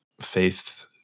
faith